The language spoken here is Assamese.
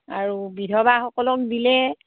আৰু বিধৱাসকলক দিলে